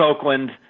Oakland